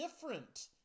different